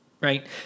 Right